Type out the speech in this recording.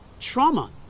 Trauma